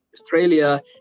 Australia